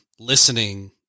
Listening